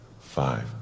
five